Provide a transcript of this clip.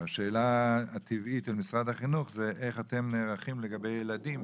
השאלה הטבעית אל משרד החינוך זה איך אתם נערכים לגבי ילדים